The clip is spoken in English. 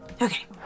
Okay